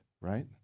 right